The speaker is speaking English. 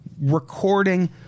recording